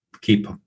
keep